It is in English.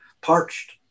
parched